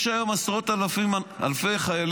יש היום עשרות אלפי חיילים,